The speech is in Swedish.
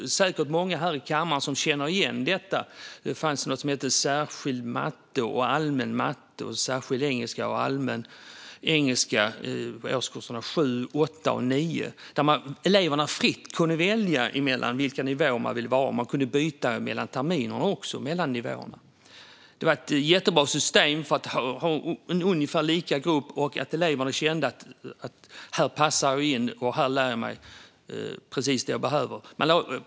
Det är säkert många här i kammaren som känner igen detta. Det fanns något som hette särskild matte och allmän matte och särskild engelska och allmän engelska i årskurserna 7, 8 och 9. Eleverna kunde fritt välja vilken nivå de ville ha, och de kunde byta mellan nivåerna till nästa termin. Det var ett jättebra system för att ha en grupp som var på ungefär samma nivå. Och eleverna kände att de passade in och lärde sig precis det som de behövde.